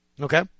Okay